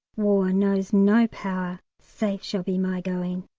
war knows no power. safe shall be my going,